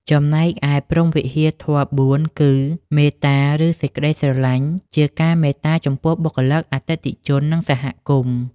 ចំណែកឯ ព្រហ្មវិហារធម៌៤គឺ មេត្តា ឬ សេចក្ដីស្រឡាញ់ ជាការមានមេត្តាចំពោះបុគ្គលិក អតិថិជន និងសហគមន៍។